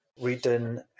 written